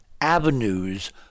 avenues